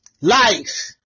Life